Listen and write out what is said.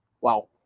Wow